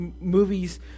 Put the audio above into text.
movies